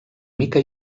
mica